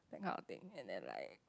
that kind of thing and then like